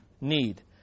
need